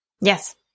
Yes